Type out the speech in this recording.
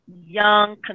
young